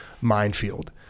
minefield